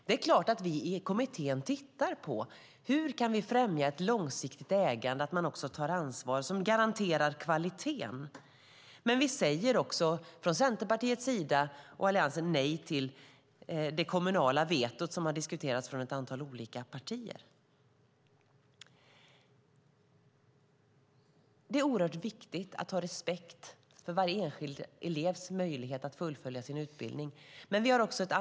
Det är klart att vi i kommittén tittar på hur vi kan främja ett långsiktigt ägande och att man tar ett ansvar som garanterar kvaliteten. Men vi säger från Centerpartiets och Alliansens sida nej till det kommunala vetot, som har diskuterats av ett antal olika partier. Det är oerhört viktigt att ha respekt för varje enskild elevs möjlighet att fullfölja sin utbildning.